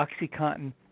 OxyContin